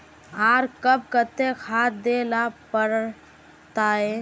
आर कब केते खाद दे ला पड़तऐ?